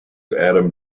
adam